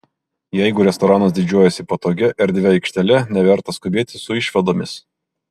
jeigu restoranas didžiuojasi patogia erdvia aikštele neverta skubėti su išvadomis